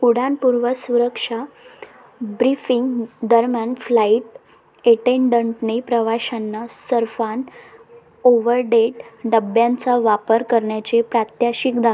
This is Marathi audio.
उड्डाणपूर्व सुरक्षा ब्रिफिंग दरम्यान फ्लाईट एटेंडंटने प्रवाशांना सर्फान ओवरडेट डब्यांचा वापर करण्याचे प्रात्यक्षिक दाखवले